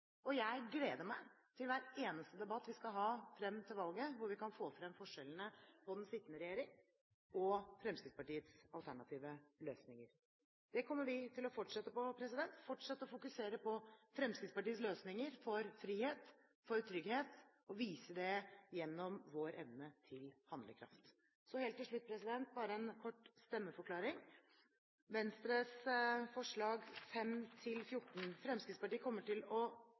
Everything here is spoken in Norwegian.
Jeg gleder meg til hver eneste debatt vi skal ha frem til valget, hvor vi kan få frem forskjellene på den sittende regjering og Fremskrittspartiets alternative løsninger. Det kommer vi til å fortsette med, fortsette med å fokusere på Fremskrittspartiets løsninger for frihet, for trygghet og vise det gjennom vår evne til handlekraft. Så helt til slutt, bare en kort stemmeforklaring til Venstres forslag nr. 5–14: Fremskrittspartiet kommer til å